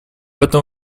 этом